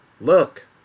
look